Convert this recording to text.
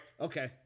Okay